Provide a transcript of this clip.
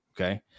okay